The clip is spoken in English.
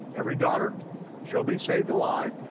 every daughter shall be saved alive,